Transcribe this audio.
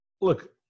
Look